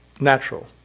Natural